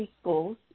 schools